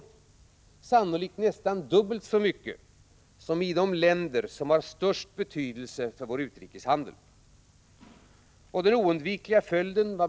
Det innebär sannolikt nästan dubbelt så mycket ”som i de länder som har störst betydelse för vår utrikeshandel”. Vad blir då den oundvikliga följden?